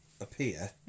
appear